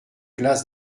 glace